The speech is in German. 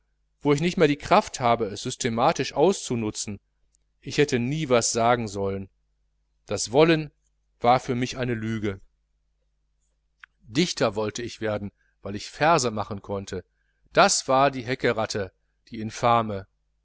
wo ich nicht mehr die kraft habe es systematisch auszunutzen ich hätte nie was wollen sollen das wollen war für mich eine ungesunde lüge dichter wollte ich werden weil ich verse machen konnte das war die heckeratte die infame